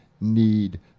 need